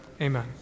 Amen